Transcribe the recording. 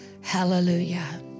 Hallelujah